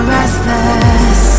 restless